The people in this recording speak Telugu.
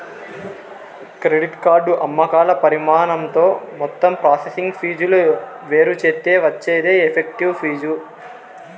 క్రెడిట్ కార్డు అమ్మకాల పరిమాణంతో మొత్తం ప్రాసెసింగ్ ఫీజులు వేరుచేత్తే వచ్చేదే ఎఫెక్టివ్ ఫీజు